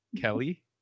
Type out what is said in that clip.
Kelly